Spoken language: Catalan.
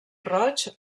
roig